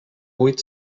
buit